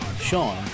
Sean